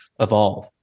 evolve